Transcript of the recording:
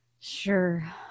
Sure